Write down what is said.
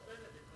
כן.